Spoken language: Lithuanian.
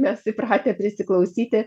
mes įpratę prisiklausyti